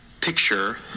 picture